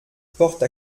porte